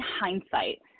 hindsight